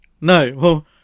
no